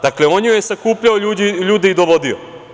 Dakle, on joj je sakupljao ljude i dovodio.